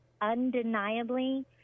undeniably